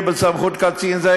זה בסמכות קצין זה,